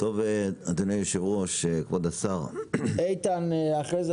אדוני היושב-ראש, כבוד השר, אדוני